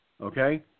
Okay